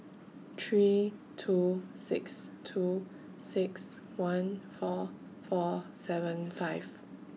three two six two six one four four seven five